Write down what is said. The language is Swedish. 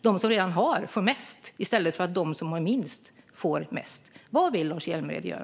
De som redan har får mest i stället för att de som har minst får mest. Vad vill Lars Hjälmered göra?